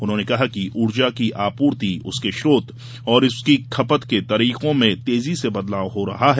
उन्होंने कहा कि ऊर्जा की आपूर्ति उसके स्रोत और उसकी खपत के तरीको में तेजी से बदलाव हो रहा है